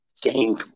game